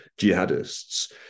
jihadists